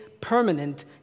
permanent